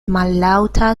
mallaŭta